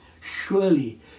Surely